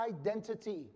identity